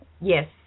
yes